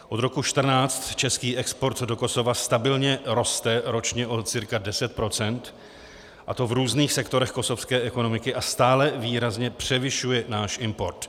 Od roku 2014 český export do Kosova stabilně roste ročně o cca 10 %, a to v různých sektorech kosovské ekonomiky, a stále výrazně převyšuje náš import.